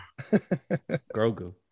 Grogu